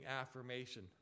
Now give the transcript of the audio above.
affirmation